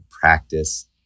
practice